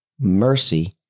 Mercy